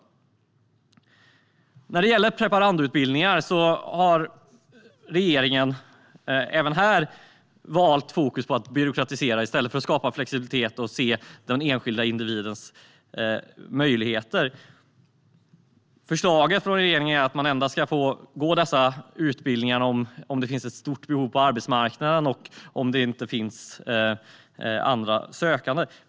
Även när det gäller preparandutbildningarna har regeringen lagt fokus på att byråkratisera i stället för att skapa flexibilitet och se den enskilda individens möjligheter. Förslaget från regeringen är att man ska få gå dessa utbildningar endast om det finns ett stort behov på arbetsmarknaden och det inte finns andra sökande.